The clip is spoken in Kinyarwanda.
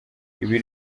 ibi